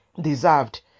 deserved